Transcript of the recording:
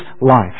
life